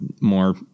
more